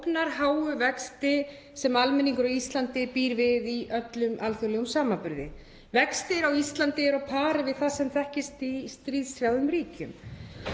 þessa ógnarháu vexti sem almenningur á Íslandi býr við í öllum alþjóðlegum samanburði. Vextir á Íslandi eru á pari við það sem þekkist í stríðshrjáðum ríkjum.